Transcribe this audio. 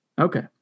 Okay